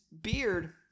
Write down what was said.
beard